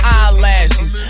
eyelashes